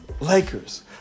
Lakers